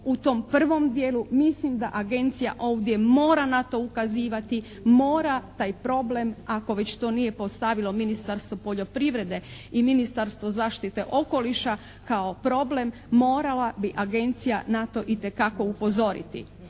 u tom prvom dijelu, mislim da agencija ovdje mora na to ukazivati, mora taj problem ako to već nije postavilo Ministarstvo poljoprivrede i Ministarstvo zaštite okoliša kao problem, morala bi agencija na to itekako upozoriti.